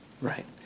Right